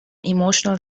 emotional